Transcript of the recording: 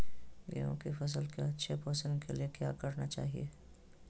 गेंहू की फसल के अच्छे पोषण के लिए क्या करना चाहिए?